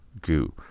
Goo